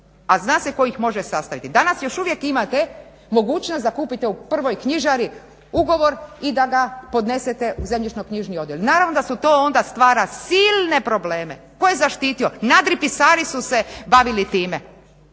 a zna se tko ih može sastaviti. Danas još uvijek imate mogućnost da kupite u prvoj knjižari ugovor i da ga podnesete u zemljišno-knjižni odjel. Naravno da se tu onda stvara silne probleme. Tko je zaštitio? Nadripisari su se bavili time